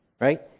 right